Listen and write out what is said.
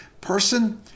person